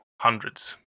hundreds